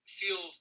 feel